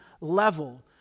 level